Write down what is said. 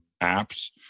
apps